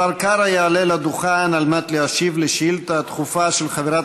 השר קרא יעלה לדוכן על מנת להשיב על שאילתה דחופה של חברת